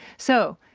so.